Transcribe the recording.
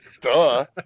Duh